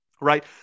right